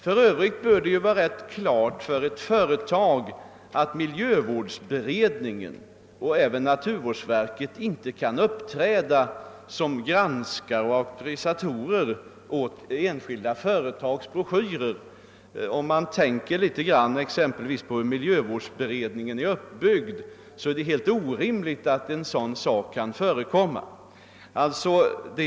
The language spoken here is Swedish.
För övrigt bör det ju vara rätt klart för ett företag att miljövårdsberedningen och naturvårdsverket inte kan uppträda som granskare och auktorisatorer av enskilda företags broschyrer. Om man tänker litet grand exempelvis på hur miljövårdsberedningen är uppbyggd, så är det helt orimligt att en sådan sak kan förekomma.